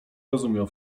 rozumiał